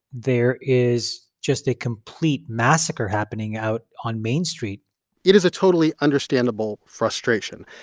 there is just a complete massacre happening out on main street it is a totally understandable frustration.